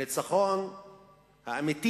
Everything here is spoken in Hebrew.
הניצחון האמיתי